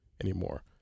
anymore